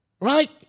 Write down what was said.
right